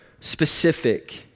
specific